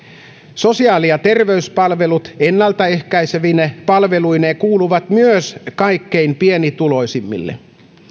sosiaali ja terveyspalvelut ennaltaehkäisevine palveluineen kuuluvat myös kaikkein pienituloisimmille